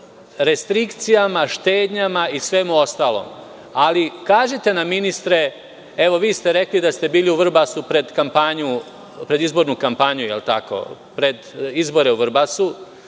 restrikcijama, štednjama i svemu ostalom, ali kažite nam ministre, evo vi ste rekli da ste bili u Vrbasu pred izbornu kampanju, da li je tako, pred izbore u Vrbasu,